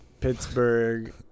Pittsburgh